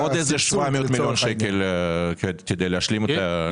אנחנו צריכים עוד איזה 700 מיליון שקל כדי להשלים את זה.